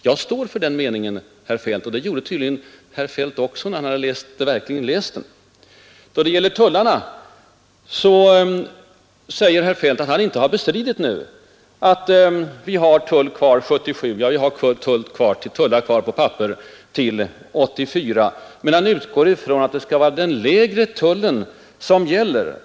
Jag står för den meningen, herr Feldt, och det gjorde tydligen också herr Feldt när han verkligen hade läst den. När det gäller tullarna på papper säger herr Feldt nu att han inte har bestridit att vi kommer att få ha kvar sådana fram till 1977, ja fram till 1984, men att han utgår från att den lägre tullen skall gälla.